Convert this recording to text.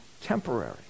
temporary